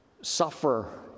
suffer